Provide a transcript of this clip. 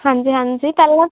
ਹਾਂਜੀ ਹਾਂਜੀ ਪਹਿਲਾ